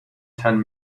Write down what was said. ten